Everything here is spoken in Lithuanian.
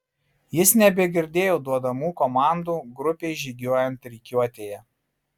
jis nebegirdėjo duodamų komandų grupei žygiuojant rikiuotėje